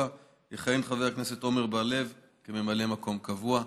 יכהן חבר הכנסת עמר בר-לב כממלא מקום קבוע.